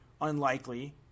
unlikely